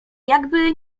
jakby